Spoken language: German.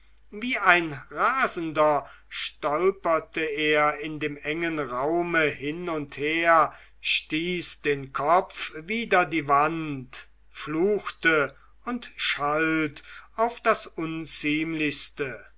wie ein rasender stolperte er in dem engen raum hin und her stieß den kopf wider die wand fluchte und schalt auf das